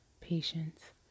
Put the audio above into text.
patience